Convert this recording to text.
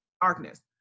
darkness